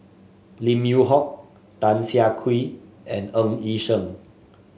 Lim Yew Hock Tan Siah Kwee and Ng Yi Sheng